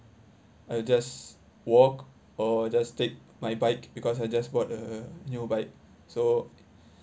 I'll just walk or just take my bike because I just bought a new bike so